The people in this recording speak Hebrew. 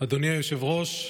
אדוני היושב-ראש,